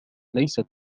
ليست